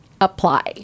apply